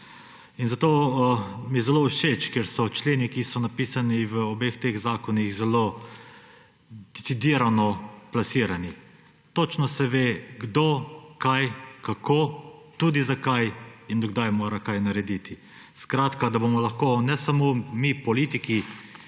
Zato mi je zelo všeč, ker so členi, ki so napisani v obeh teh zakonih, zelo decidirano plasirani. Točno se ve, kdo, kaj, kako, tudi zakaj in do kdaj mora kaj narediti. Skratka, da bomo lahko ne samo mi, politiki